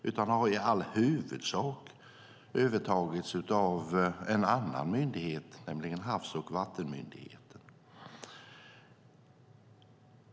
Det har i all huvudsak övertagits av en annan myndighet, nämligen Havs och vattenmyndigheten.